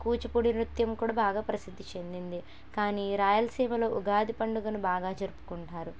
కూచిపూడి నృత్యం కూడా బాగా ప్రసిద్ది చెందింది కానీ రాయలసీమలో ఉగాది పండుగను బాగా జరుపుకుంటారు